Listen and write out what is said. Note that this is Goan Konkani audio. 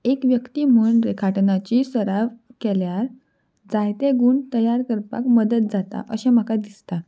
एक व्यक्ती म्हूण रेखाटनाची सराव केल्यार जायते गूण तयार करपाक मदत जाता अशें म्हाका दिसता